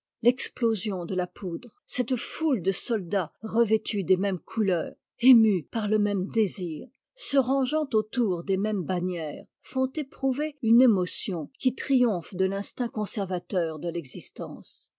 l'explosion de la poudre cette foule de soldats revêtus des mêmes couleurs émus par le même désir se rangeant autour des mêmes bannières font éprouver une émotion qui triomphe de l'instinct conservateur de l'existence